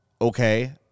Okay